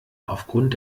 aufgrund